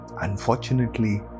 unfortunately